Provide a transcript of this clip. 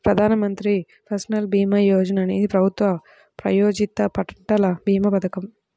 ప్రధాన్ మంత్రి ఫసల్ భీమా యోజన అనేది ప్రభుత్వ ప్రాయోజిత పంటల భీమా పథకం